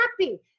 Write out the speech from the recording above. happy